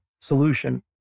solution